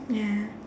ya